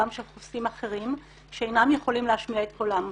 של חוסים אחרים שאינם יכולים להשמיע את קולם.